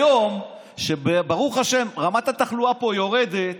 היום, כשברוך השם רמת התחלואה פה יורדת